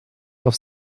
auf